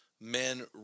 men